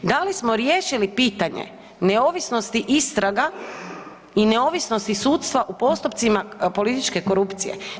Da li smo riješili pitanje neovisnosti istraga i neovisnosti sudstva u postupcima političke korupcije?